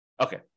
Okay